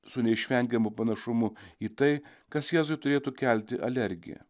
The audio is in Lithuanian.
su neišvengiamu panašumu į tai kas jėzui turėtų kelti alergiją